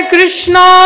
Krishna